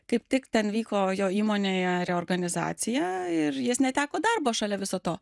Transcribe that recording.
kaip tik ten vyko jo įmonėje reorganizacija ir jis neteko darbo šalia viso to